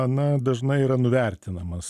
na dažnai yra nuvertinamas